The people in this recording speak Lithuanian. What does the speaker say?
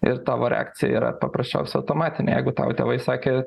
ir tavo reakcija yra paprasčiausia automatinė jeigu tau tėvai sakė